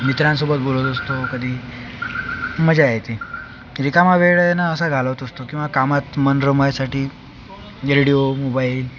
मित्रांसोबत बोलत असतो कधी मजा येते रिकामा वेळ आहे ना असा घालवत असतो किंवा कामात मन रमायसाठी रेडिओ मुबाईल